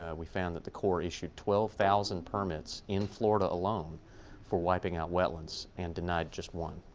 ah we found that the corps issued twelve thousand permits in florida alone for wiping out wetlands and denied just one.